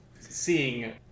seeing